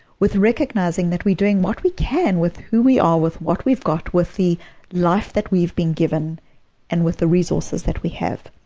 with recognizing that we are doing what we can with who we are, with what we've got, with the life that we've been given and with the resources that we have.